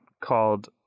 called